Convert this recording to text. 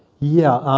yeah,